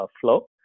flow